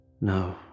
No